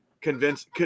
convince